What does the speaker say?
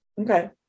Okay